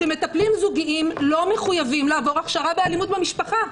שמטפלים זוגיים לא מחויבים לעבור הכשרה באלימות במשפחה.